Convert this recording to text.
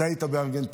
אתה היית בארגנטינה,